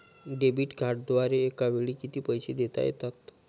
Debit कार्डद्वारे एकावेळी किती पैसे देता येतात?